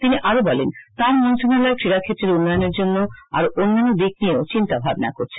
তিনি আরো বলেন তাঁ র মন্ত্রনালয় ক্রীড়াক্ষেত্রের উন্নয়নের জন্য আরো অন্যান্য দিক নিয়ে চিন্তা ভাবনা করছে